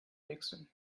wechseln